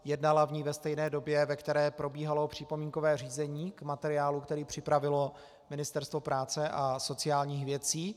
Jednala o ní ve stejné době, ve které probíhalo připomínkové řízení k materiálu, který připravilo Ministerstvo práce a sociálních věcí.